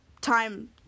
time